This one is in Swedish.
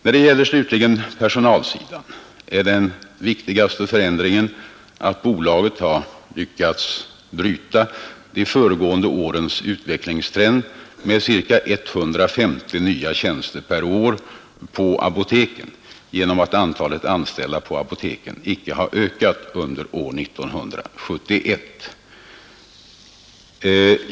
Vad slutligen gäller personalsidan är den viktigaste förändringen där att bolaget har lyckats bryta de föregående årens utvecklingstrend med ca 150 nya tjänster per år på apoteken genom att antalet anställda på apoteken icke har ökat under år 1971.